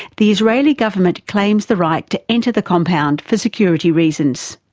the israeli government claims the right to enter the compound for security reasons.